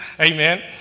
Amen